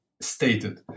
stated